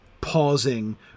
pausing